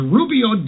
Rubio